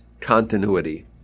continuity